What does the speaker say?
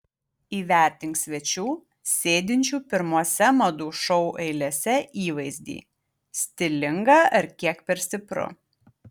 įvertink svečių sėdinčių pirmose madų šou eilėse įvaizdį stilinga ar kiek per stipru